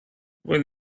when